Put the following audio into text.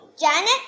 Janet